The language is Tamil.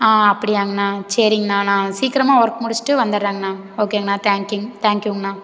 ஆ அப்படியாங்ண்ணா சரிங்ண்ணா நான் சீக்கிரமாக ஒர்க் முடிச்சிட்டு வந்துடுறேங்ண்ணா ஓகேங்கண்ணா தேங்கிங் தேங்க்யூங்கண்ணா